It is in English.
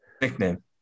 nickname